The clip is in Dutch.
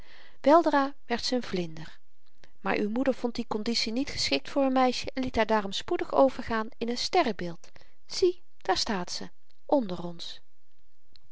weldra werd ze n vlinder maar uw moeder vond die konditie niet geschikt voor n meisje en liet haar daarom spoedig overgaan in n sterrenbeeld zie daar staat ze nder ons